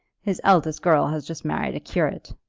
his eldest girl has just married a curate.